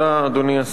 אדוני השר,